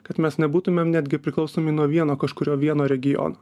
kad mes nebūtumėm netgi priklausomi nuo vieno kažkurio vieno regiono